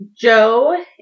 Joe